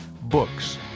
books